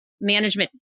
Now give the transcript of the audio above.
management